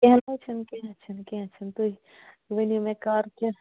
کیٚنہہ نہٕ حظ چھُنہٕ کینٛہہ چھُںہٕ کیٚنہہ چھُنہٕ تُہۍ ؤنِو مےٚ کر کیٛاہ